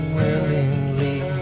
willingly